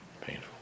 Painful